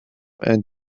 and